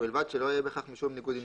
ובלבד שלא יהיה בכך משום ניגוד עניינים,